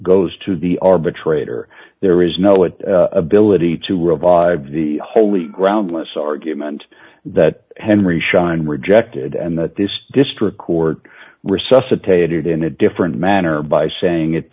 goes to the arbitrator there is no it ability to revive the wholly groundless argument that henry schein rejected and that this district court resuscitated in a different manner by saying it